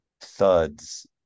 thuds